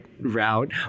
route